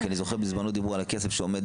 כי אני זוכר שבזמנו דיברו על הכסף שעומד